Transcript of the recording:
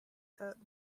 head